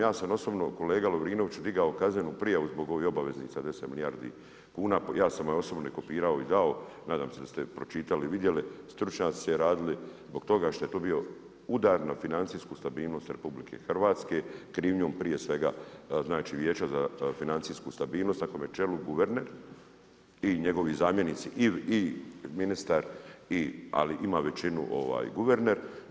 Ja sam osobno, kolega Lovrinoviću digao kaznenu prijavu zbog ovih obveznicu 10 milijardi kuna, ja sam je osobno kopirao i dao, nadam se da ste je pročitali i vidjeli, stručnjaci su je radili, zbog toga što je to bio udar na financijsku stabilnost RH krivnjom prije svega Vijeća za financijsku stabilnost, na kojem je čelu guverner i njegovi zamjenici i ministar ali ima većinu guverner.